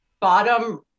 bottom